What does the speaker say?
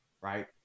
Right